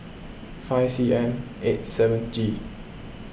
five C M eight seven G